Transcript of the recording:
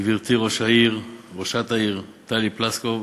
גברתי ראשת העיר טלי פלוסקוב,